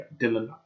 Dylan